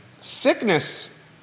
sickness